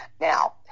Now